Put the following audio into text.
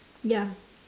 ya